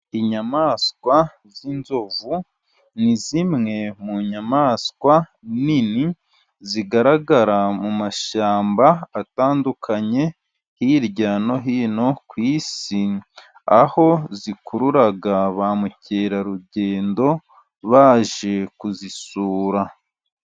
Inyamaswa z'inzovu, ni zimwe mu nyamaswa nini, zigaragara mu mashyamba atandukanye, hirya no hino ku isi, aho zikurura ba mukerarugendo baje kuzisura.